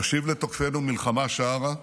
נשיב לתוקפינו מלחמה שערה,